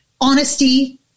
honesty